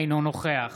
אינו נוכח